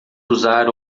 usar